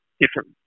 different